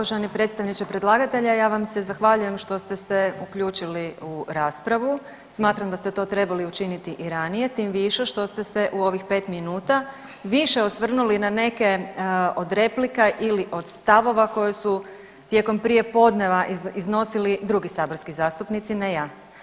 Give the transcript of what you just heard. Uvaženi predstavniče predlagatelja, ja vam se zahvaljujem što ste se uključili u raspravu, smatram da ste to trebali učiniti i ranije tim više što ste se u ovih pet minuta više osvrnuli na neke od replika ili od stavova koje su tijekom prijepodneva iznosili drugi saborski zastupnici ne ja.